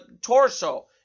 torso